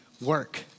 work